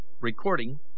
Recording